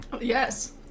Yes